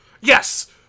Yes